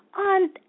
on